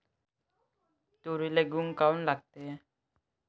तुरीले घुंग काऊन लागते?